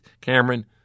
Cameron